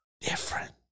different